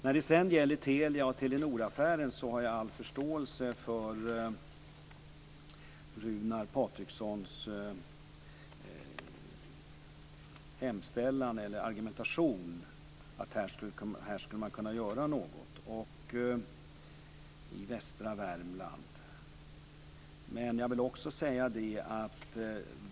När det sedan gäller Telia och Telenor har jag all förståelse för Runar Patrikssons argumentation, att man här skulle kunna göra någonting i västra Värmland.